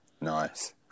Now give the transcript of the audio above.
Nice